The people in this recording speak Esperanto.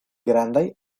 grandaj